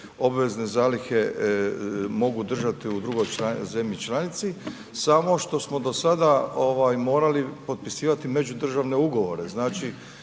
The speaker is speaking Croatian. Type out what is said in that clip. obveze zalihe mogu držati u drugoj zemlji članici. Samo što smo do sada morali potpisivati međudržavne ugovore. Znači